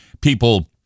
People